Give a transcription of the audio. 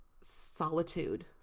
solitude